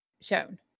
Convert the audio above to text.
shown